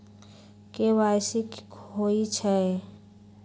KYC कि होई छई?